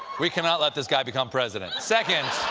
we cannot let this guy become president. second